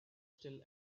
still